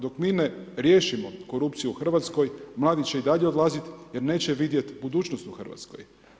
Dok mi ne riješimo korupciju u Hrvatskoj mladi će i dalje odlaziti jer neće vidjet budućnost u Hrvatskoj.